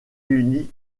unis